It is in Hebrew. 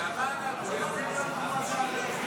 אדוני היושב בראש,